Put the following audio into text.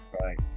Right